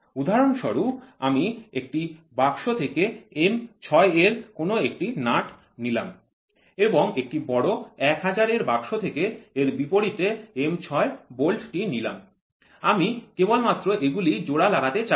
উদাহরণস্বরূপ আমি একটি বাক্স থেকে M৬ এর একটি নাট্ নিলাম এবং একটি বড় ১০০০ এর বাক্স থেকে এর বিপরীতের M৬ বোল্ট টি নিলাম আমি কেবল মাত্র এগুলিকে জোড়া লাগাতে চাইব